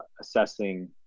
assessing